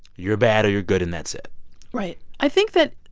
you're bad or you're good. and that's it right. i think that,